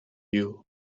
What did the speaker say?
you